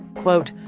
quote,